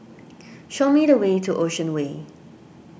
show me the way to Ocean Way